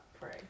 pray